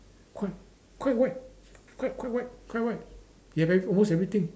quite quite wide quite quite wide quite wide they have almost everything